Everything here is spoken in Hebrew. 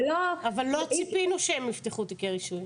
אבל לא ציפינו שהם יפתחו תיקי רישוי,